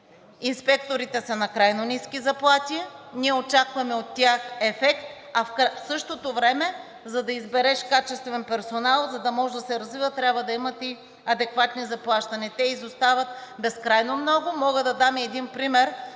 инспекторите са на крайно ниски заплати. Ние очакваме от тях ефект, а в същото време, за да избереш качествен персонал, за да може да се развиват, трябва да имат и адекватно заплащане. Те изостават безкрайно много. Мога да дам един пример,